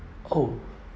oh